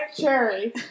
cherry